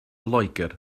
loegr